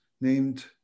named